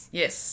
yes